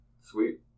Sweet